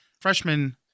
freshman